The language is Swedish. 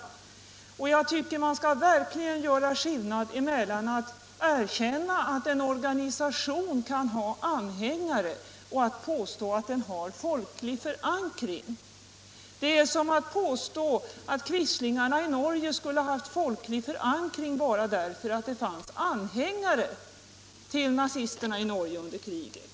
Tisdagen den Jag tycker att man verkligen skall göra skillnad mellan att erkänna 2 december 1975 att en organisation kan ha anhängare och att påstå att den har folklig LL förankring. Det är som att påstå att quislingarna i Norge skulle ha haft — Om svenska initiativ folklig förankring bara därför att det fanns anhängare till nazisterna i = till förmån för Norge under kriget.